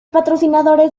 patrocinadores